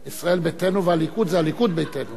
ליכוד ביתנו, אז הליכוד וביתנו.